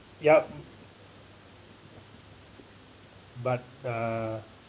ya but uh